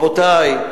רבותי,